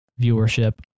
viewership